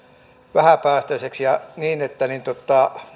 vähäpäästöisiksi niin että ne